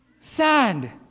Sand